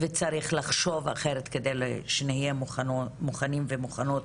וצריך לחשוב אחרת כדי שנהיה מוכנים ומוכנות